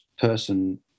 person